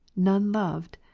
none loved.